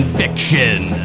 fiction